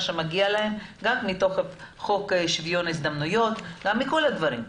שמגיע להם גם מתוך חוק שוויון הזדמנויות ומכל הדברים.